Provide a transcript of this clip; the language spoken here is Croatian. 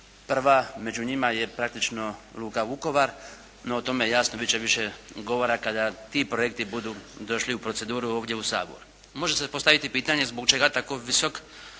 Prva među njima je praktično luka Vukovar. No o tome, jasno, biti će više govora kada ti projekti budu došli u proceduru ovdje u Sabor. Može se postaviti pitanje zbog čega tako visok